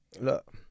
look